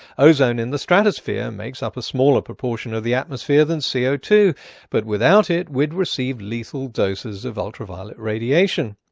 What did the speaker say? ozone in the stratosphere makes up a smaller proportion of the atmosphere than the c o two but without it we'd receive lethal doses of ultraviolet radiation.